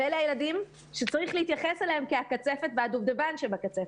אלה ילדים שצריך להתייחס אליהם כאל הקצפת והדובדבן שבקצפת,